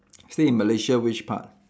stay in Malaysia which part